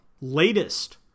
latest